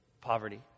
poverty